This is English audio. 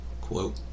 quote